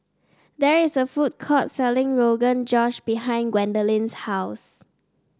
there is a food court selling Rogan Josh behind Gwendolyn's house